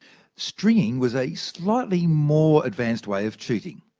stringing was a slightly more advanced way of cheating.